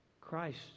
Christ